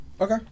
okay